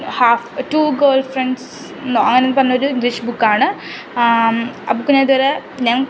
half to girlfriends എന്നോ അങ്ങനെ എന്തോ പറഞ്ഞ ഒരു ഇംഗ്ലീഷ് ബുക്കാണ് ആ ബുക്ക് ഞാൻ ഇതുവരെ ഞാൻ